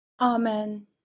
Amen